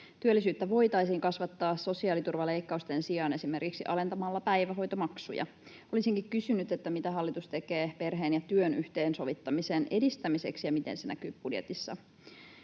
Työllisyyttä voitaisiin kasvattaa sosiaaliturvaleikkausten sijaan esimerkiksi alentamalla päivähoitomaksuja. Olisinkin kysynyt: mitä hallitus tekee perheen ja työn yhteensovittamisen edistämiseksi, ja miten se näkyy budjetissa?